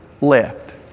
left